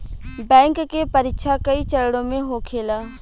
bank के परीक्षा कई चरणों में होखेला